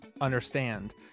understand